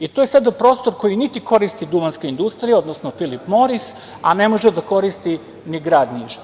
I to je sada prostor koji niti koristi Duvanska industrija, odnosno „Filip Moris“, a ne može da koristi ni grad Niš.